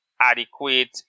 adequate